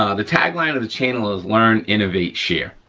ah the tagline of the channel is learn, innovate, share,